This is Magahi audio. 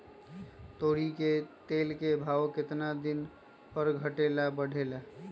तोरी के तेल के भाव केतना दिन पर घटे ला बढ़े ला?